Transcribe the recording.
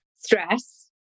stress